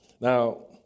Now